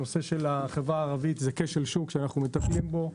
הנושא של החברה הערבית זה כשל שוק שאנחנו מטפלים בו.